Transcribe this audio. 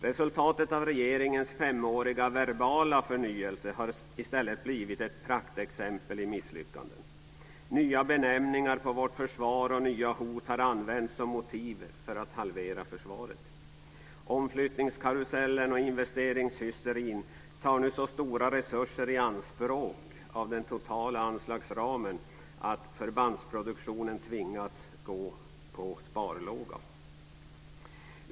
Resultatet av regeringens femåriga verbala förnyelse har i stället blivit ett praktexempel på misslyckande. Nya benämningar på vårt försvar och nya hot har använts som motiv för att halvera försvaret. Omflyttningskarusellen och investeringshysterin tar nu så stora resurser i anspråk av den totala anslagsramen att förbandsproduktionen tvingas gå på sparlåga.